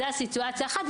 זאת סיטואציה אחת.